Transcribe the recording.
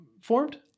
formed